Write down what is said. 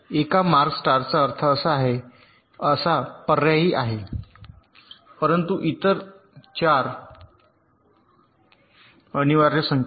एका मार्क स्टारचा अर्थ असा पर्यायी आहे परंतु इतर 4 अनिवार्य संकेत